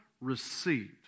received